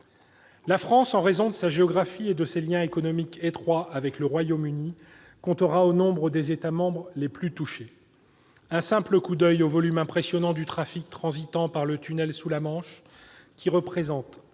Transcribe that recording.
La France, en raison de sa géographie et de ses liens économiques étroits avec le Royaume-Uni, comptera au nombre des États membres les plus touchés. Un simple coup d'oeil au volume impressionnant du trafic transitant par le tunnel sous la Manche, qui représente